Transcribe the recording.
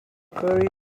curry